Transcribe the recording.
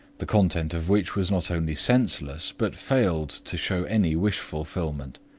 the content of which was not only senseless, but failed to show any wish-fulfillment.